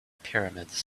pyramids